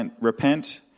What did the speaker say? Repent